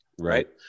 right